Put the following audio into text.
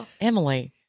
Emily